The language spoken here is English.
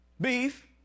Beef